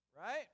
Right